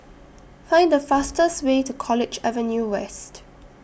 Find The fastest Way to College Avenue West